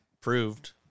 proved